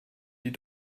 die